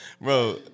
Bro